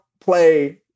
play